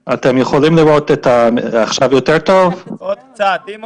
אוקטובר, עד